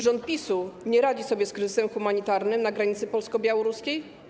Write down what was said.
Rząd PiS-u nie radzi sobie z kryzysem humanitarnym na granicy polsko-białoruskiej.